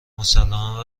مسلما